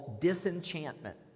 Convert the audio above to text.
disenchantment